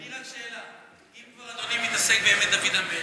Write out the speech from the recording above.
אני רק שאלה: אם אדוני כבר מתעסק בימי דוד המלך,